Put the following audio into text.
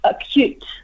acute